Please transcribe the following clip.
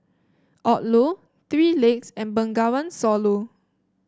Odlo Three Legs and Bengawan Solo